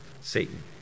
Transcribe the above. Satan